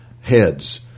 heads